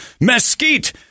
mesquite